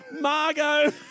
Margot